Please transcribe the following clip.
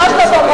ממש לא דומות,